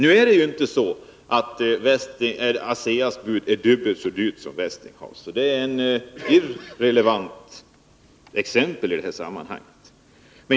Nu är det inte så, att ASEA:s bud är dubbelt så dyrt som budet från Westinghouse — det är ett irrelevant exempel i det här sammanhanget.